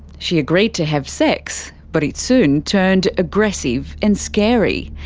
she agreed to have sex, but it soon turned aggressive and scary.